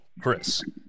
Chris